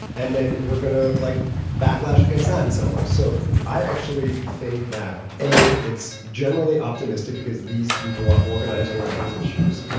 and then we're going to like backlash against that in some way. so i actually think that, a, it's generally optimistic because these people are organizing around these issues.